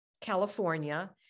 California